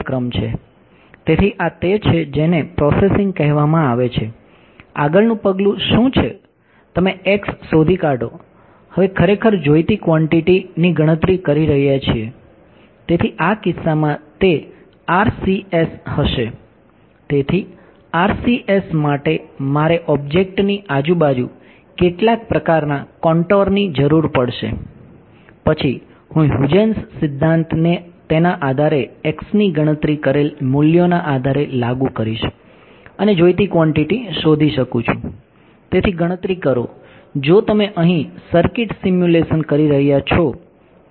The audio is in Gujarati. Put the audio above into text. કંજયુંગેટ ગ્રેડિયંટ જેમકે મેં ઉલ્લેખ કર્યો છે તેમ અનુરૂપ મેથડ ની જરૂર પડશે પછી હું Huygens સિદ્ધાંતને તેના આધારે x ની ગણતરી કરેલ મૂલ્યોના આધારે લાગુ કરીશ અને જોઈતી ક્વોન્ટીટી શોધી શકું છું